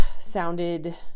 sounded